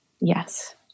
Yes